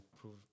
prove